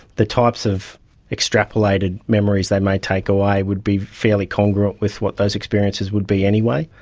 the types of extrapolated memories they may take away would be fairly congruent with what those experiences would be anyway.